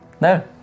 No